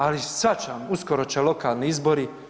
Ali shvaćam, uskoro će lokalni izbori.